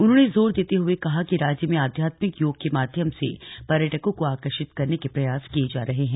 उन्होंने जोर देते हुए कहा कि राज्य में आध्यात्मिक योग के माध्यम से पर्यटकों को आकर्षित करने के प्रयास किए जा रहे हैं